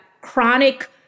chronic